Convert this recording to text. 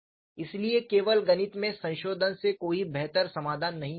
इसलिए केवल गणित में संशोधन से कोई बेहतर समाधान नहीं निकला है